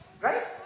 Right